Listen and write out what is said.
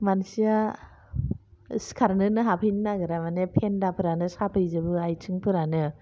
मानसिआ सिखारनोनो हाफैनो नागेरा माने फेन्दाफोरानो साफैजोबो आथिंफोरानो